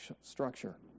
structure